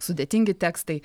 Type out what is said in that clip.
sudėtingi tekstai